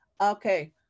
Okay